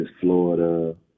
Florida